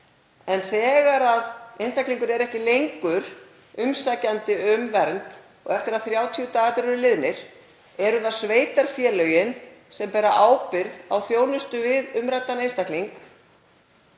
Þegar einstaklingur er ekki lengur umsækjandi um vernd og eftir að 30 dagarnir eru liðnir, eru það sveitarfélögin sem bera ábyrgð á þjónustu við umræddan einstakling,